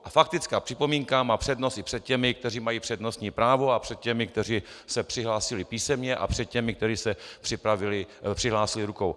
A faktická připomínka má přednost i před těmi, kteří mají přednostní právo, a před těmi, kteří se přihlásili písemně, a před těmi, kteří se přihlásili rukou.